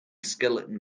skeleton